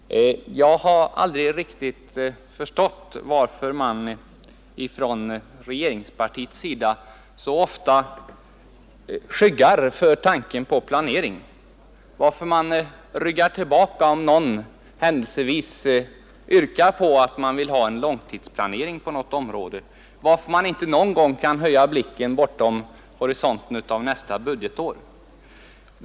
Fru talman! Jag har aldrig riktigt förstått varför man från regeringspartiets sida så ofta skyggar för tanken på planering, varför man ryggar tillbaka om någon händelsevis yrkar på en långtidsplanering på något område, varför socialdemokraterna inte någon gång kan höja blicken över horisonten av nästa budgetår.